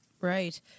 Right